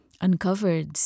uncovered